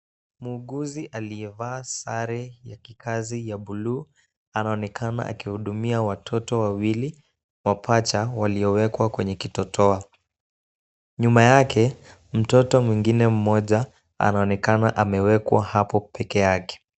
Muuguzi aliyevaa sare ya kikazi ya buluu anaonekana akihudumia watoto wawili mapacha waliowekwa kwenye kitotoa. Nyuma yake, mtoto mwingine mmoja anaonekana amewekwa hapo pekee yake.